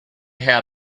had